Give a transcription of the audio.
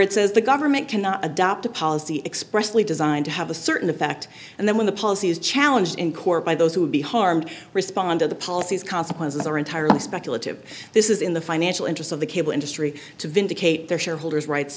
says the government cannot adopt a policy expressly designed to have a certain effect and then when the policy is challenged in court by those who would be harmed responded the policies consequences are entirely speculative this is in the financial interest of the cable industry to vindicate their shareholders rights